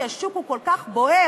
כי השוק כל כך בוער,